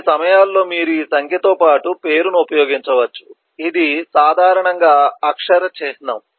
కొన్ని సమయాల్లో మీరు ఈ సంఖ్యతో పాటు పేరును ఉపయోగించవచ్చు ఇది సాధారణంగా అక్షర చిహ్నం